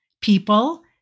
people